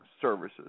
services